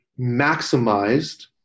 maximized